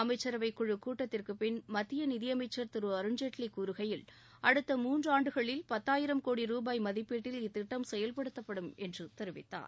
அமைச்சரவைக்குழக் கூட்டத்திற்குப்பின் மத்திய நிதியமைச்சர் திரு அருண்டஜேட்வி கூறுகையில் அடுத்த மூன்றாண்டுகளில் பத்தாயிரம் கோடி ரூபாய் மதிப்பீட்டில் இத்திட்டம் செயல்படுத்தப்படும் என்று தெரிவித்தார்